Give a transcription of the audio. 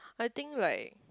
I think like